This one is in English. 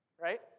right